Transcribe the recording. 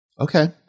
Okay